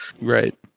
right